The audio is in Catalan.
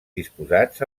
disposats